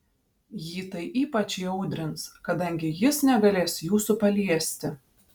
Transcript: jį tai ypač įaudrins kadangi jis negalės jūsų paliesti